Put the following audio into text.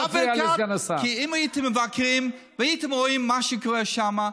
אדוני סגן השר, לא בגלל זה הזכרתי אותם.